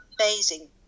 amazing